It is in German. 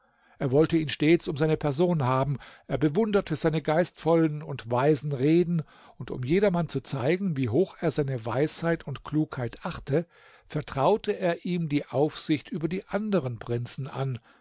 er wollte ihn stets um seine person haben er bewunderte seine geistvollen und weisen reden und um jedermann zu zeigen wie hoch er seine weisheit und klugheit achte vertraute er ihm die aufsicht über die anderen prinzen an